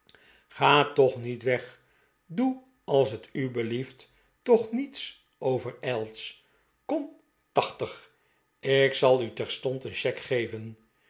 ga toch niet weg doe als het u belieft toch niets overijlds kom tachtig ik zal u terstond een cheque geven